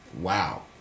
Wow